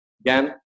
Again